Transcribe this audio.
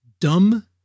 dumb